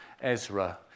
Ezra